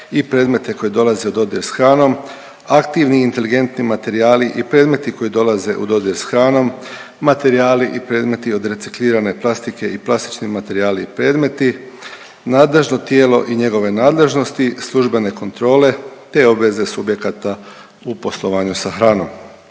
i predmete koji dolaze u dodir s hranom, aktivni inteligentni materijali i predmeti koji dolaze u dodir s hranom, materijali i predmeti od reciklirane plastike i plastični materijali i predmeti, nadležno tijelo i njegove nadležnosti, službene kontrole te obveze subjekata u poslovanju sa hranom.